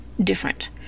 different